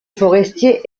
forestier